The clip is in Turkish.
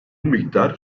miktar